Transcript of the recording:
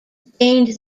gained